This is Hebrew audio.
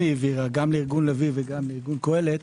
העבירה גם לארגון לביא וגם לארגון קהלת.